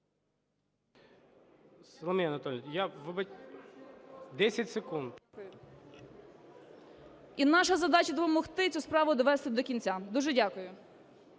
І наша задача - допомогти цю справу довести до кінця. Дуже дякую.